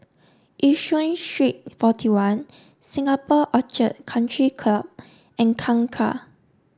Yishun Street forty one Singapore Orchid Country Club and Kangkar